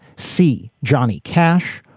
c, johnny cash.